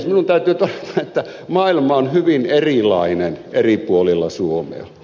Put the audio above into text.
minun täytyy todeta että maailma on hyvin erilainen eri puolilla suomea